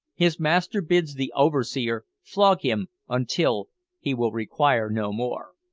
his master bids the overseer flog him until he will require no more.